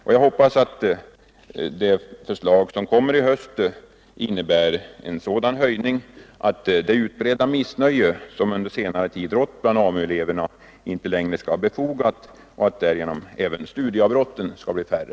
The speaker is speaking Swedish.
Och jag hoppas att det förslag som kommer i höst skall innebära en sådan höjning att det utbredda missnöje som under senare år rått bland AMU-elever inte längre skall vara befogat och att därigenom även studieavbrotten skall bli färre.